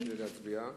ולהצביע.